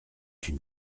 une